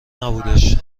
نبودش